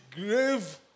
grave